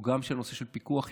גם בנושא של פיקוח עירוני.